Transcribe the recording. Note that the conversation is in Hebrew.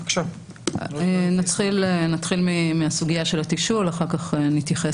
נתחיל מסוגיית התשאול ואחר כך נתייחס